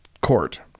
court